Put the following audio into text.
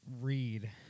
read